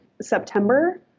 September